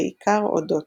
בעיקר אודות.